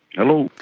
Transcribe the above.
hello?